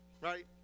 Right